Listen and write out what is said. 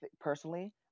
personally